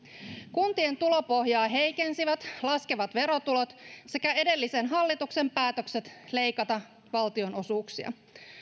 kuntien tulopohjaa heikensivät laskevat verotulot sekä edellisen hallituksen päätökset leikata valtionosuuksia